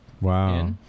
Wow